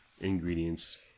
Ingredients